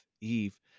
Eve